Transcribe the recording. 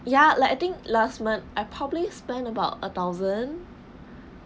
ya like I think last month I probably spend about a thousand